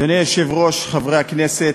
אדוני היושב-ראש, חברי הכנסת,